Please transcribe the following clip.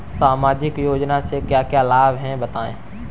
सामाजिक योजना से क्या क्या लाभ हैं बताएँ?